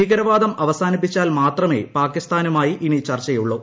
ഭീകരവാദം അവസാനിപ്പിച്ചാൽ മാത്രമേ പാകിസ്ഥാനുമായി ഇനി ചർച്ചയുള്ളൂ